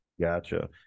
Gotcha